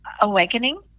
awakening